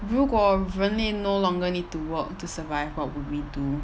如果人类 no longer need to work to survive what would we do